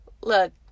look